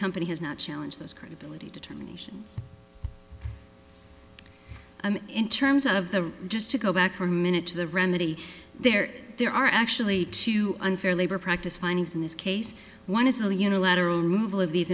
company has not challenge those credibility determinations in terms of the just to go back for a minute to the remedy there there are actually two unfair labor practice findings in this case one is the unilateral